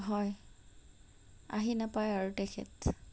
হয় আহি নাপায় আৰু তেখেত